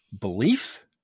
belief